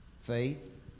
faith